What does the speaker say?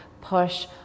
push